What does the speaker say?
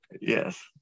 Yes